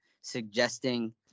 suggesting